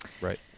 Right